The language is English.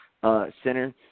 center